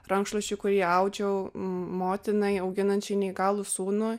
rankšluosčiu kurį audžiau motinai auginančiai neįgalų sūnų